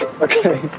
Okay